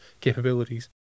capabilities